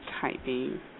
typing